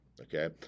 Okay